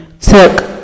took